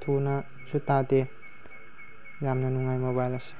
ꯊꯨꯅꯁꯨ ꯇꯥꯗꯦ ꯌꯥꯝꯅ ꯅꯨꯡꯉꯥꯏ ꯃꯣꯕꯥꯏꯜ ꯑꯁꯤ